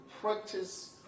practice